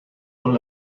con